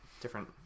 different